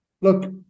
look